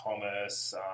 Thomas